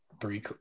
three